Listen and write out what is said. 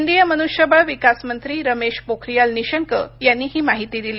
केंद्रीय मनुष्यबळ विकास मंत्री रमेश पोखरियाल निशंक यांनी ही माहिती दिली